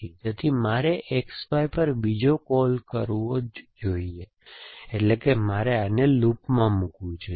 તેથી મારે XY પર બીજો કૉલ કરવો જ જોઈએ એટલે કે મારે આને લૂપમાં મૂકવું જોઈએ